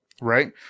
Right